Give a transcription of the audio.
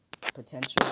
potential